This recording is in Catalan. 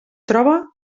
troba